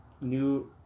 new